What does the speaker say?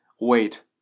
Wait